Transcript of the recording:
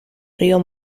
río